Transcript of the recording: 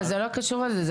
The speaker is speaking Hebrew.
אבל זה לא קשור לזה,